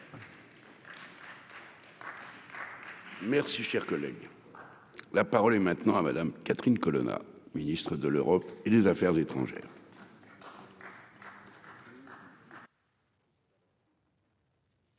Merci, cher collègue, la parole est maintenant à Madame Catherine Colonna Ministre de l'Europe et des Affaires étrangères.